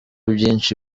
byinshi